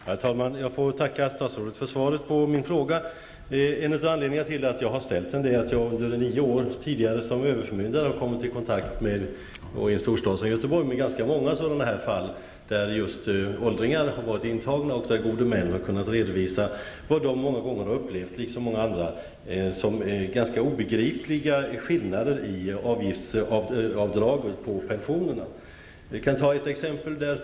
Herr talman! Jag får tacka statsrådet för svaret på min fråga. En av anledningarna till att jag har ställt frågan är att jag under nio år som överförmyndare i en storstad som Göteborg har kommit i kontakt med ganska många fall med åldringar som har varit intagna, där gode män har kunnat redovisa vad de har upplevt som ganska obegripliga skillnader i avgiftsavdraget på pensionen. Vi kan ta ett exempel.